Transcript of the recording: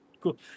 Cool